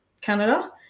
Canada